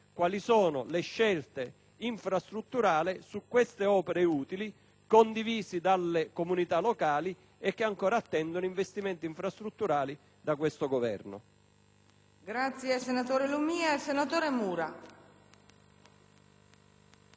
quali sono le scelte infrastrutturali su queste opere utili, condivise dalle comunità locali, che ancora attendono investimenti infrastrutturali da questo Governo.